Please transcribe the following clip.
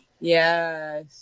Yes